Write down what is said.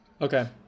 Okay